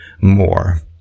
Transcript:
more